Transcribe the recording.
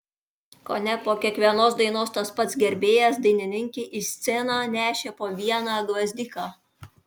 kone po kiekvienos dainos tas pats gerbėjas dainininkei į sceną nešė po vieną gvazdiką